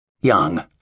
Young